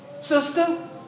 sister